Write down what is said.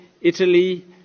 Italy